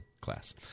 class